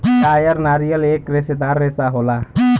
कायर नारियल एक रेसेदार रेसा होला